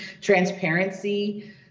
transparency